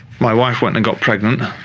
my wife went and got pregnant,